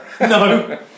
No